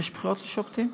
יש בחירות לשופטים.